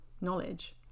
knowledge